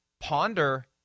ponder